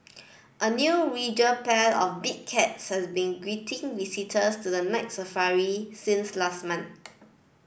a new regal pair of big cats has been greeting visitors to the Night Safari since last month